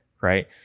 right